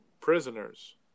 prisoners